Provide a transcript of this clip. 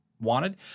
wanted